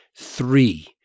Three